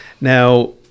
Now